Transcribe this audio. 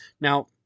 Now